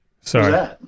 Sorry